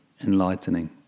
enlightening